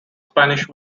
spanish